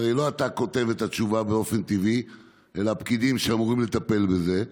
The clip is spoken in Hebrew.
הרי באופן טבעי לא אתה כותב את התשובה אלא הפקידים שאמורים לטפל בזה,